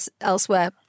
elsewhere